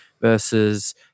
versus